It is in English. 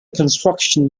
construction